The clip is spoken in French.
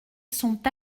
sont